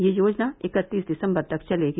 यह योजना इकत्तीस दिसम्बर तक चलेगी